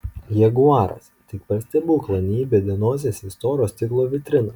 jaguaras tik per stebuklą neįbedė nosies į storo stiklo vitriną